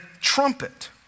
trumpet